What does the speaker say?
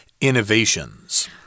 innovations